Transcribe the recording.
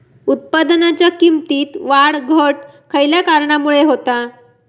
उत्पादनाच्या किमतीत वाढ घट खयल्या कारणामुळे होता?